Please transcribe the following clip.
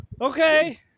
Okay